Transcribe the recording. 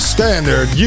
Standard